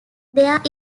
there